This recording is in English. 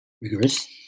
rigorous